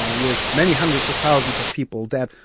ah with many hundreds of thousands of people dead,